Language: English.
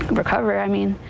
recovery, i mean.